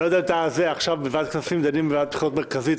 בוועדת כספים דנים על תקציב ועדת הבחירות המרכזית,